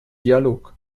dialog